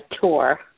tour